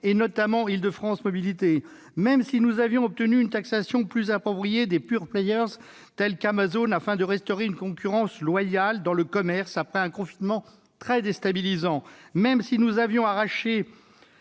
notamment Île-de-France Mobilités, même si nous avions obtenu une taxation plus appropriée des tels qu'Amazon, afin de restaurer une concurrence loyale dans le commerce, après un confinement très déstabilisant, même si nous avions arraché